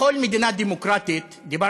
בדרך